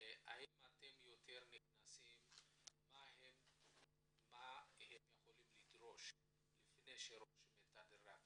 האם אתם יותר נכנסים למה יכולים לדרוש לפני שרוכשים את הדירה,